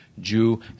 Jew